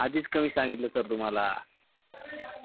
आधीच कमी सांगितलं सर तुम्हाला